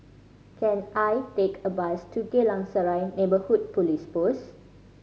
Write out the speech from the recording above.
can I take a bus to Geylang Serai Neighbourhood Police Post